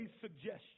suggestion